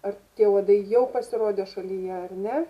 ar tie uodai jau pasirodė šalyje ar ne